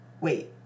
Wait